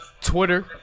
Twitter